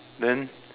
then